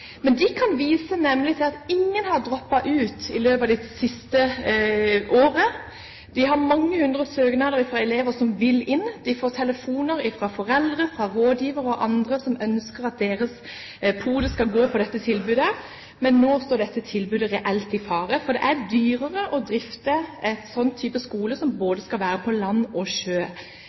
men hun får sikkert en sjanse igjen til å komme. De kan nemlig vise til at ingen har droppet ut i løpet av det siste året. De har mange hundre søknader fra elever som vil inn. De får telefoner fra rådgivere og fra foreldre og andre som ønsker at deres pode skal få dette tilbudet. Men nå er dette tilbudet reelt i fare, fordi det er dyrere å drifte en skole som skal være både på land og på sjø.